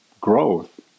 growth